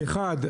אחד,